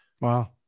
Wow